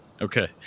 Okay